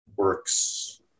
Works